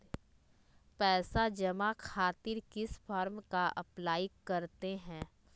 पैसा जमा खातिर किस फॉर्म का अप्लाई करते हैं?